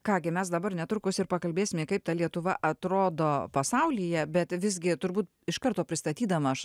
ką gi mes dabar netrukus ir pakalbėsime kaip ta lietuva atrodo pasaulyje bet visgi turbūt iš karto pristatydama aš